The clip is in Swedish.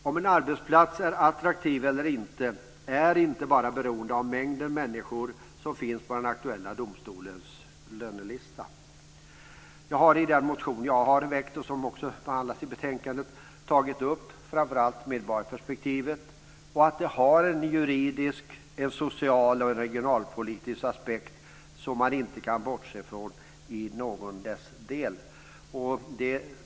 Om en arbetsplats är attraktiv eller inte är inte bara beroende av mängden människor som finns på den aktuella domstolens lönelista. Jag har i den motion som jag har väckt och som också behandlas i betänkandet framför allt tagit upp medborgarperspektivet och detta att det finns en juridisk, social och regionalpolitisk aspekt som man inte kan bortse från i någon del.